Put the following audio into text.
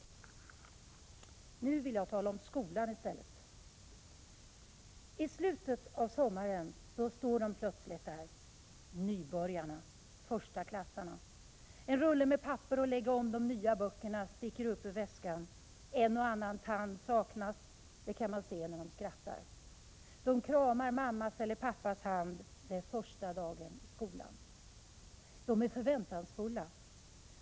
Men nu vill jag tala om skolan i stället. I slutet av sommaren står de plötsligt där — nybörjarna, förstaklassarna. En rulle med papper att lägga om de nya böckerna sticker upp ur väskan. En och annan tand saknas; det kan man se när de skrattar. De kramar mammas eller pappas hand. Det är första dagen i skolan. De är förväntansfulla.